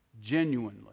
genuinely